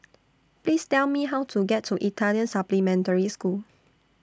Please Tell Me How to get to Italian Supplementary School